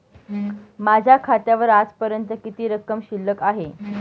माझ्या खात्यावर आजपर्यंत किती रक्कम शिल्लक आहे?